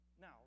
Now